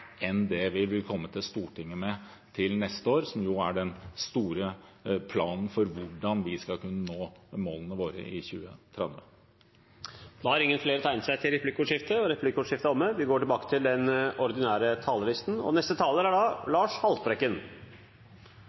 enn det vi vil komme til Stortinget med til neste år, som jo er den store planen for hvordan vi skal kunne nå målene våre i 2030. Replikkordskiftet er omme. Norge og verden opplever nå en klimakrise der store områder etter hvert kan bli ubeboelige, og med en enorm utryddelse av planter og